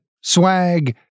Swag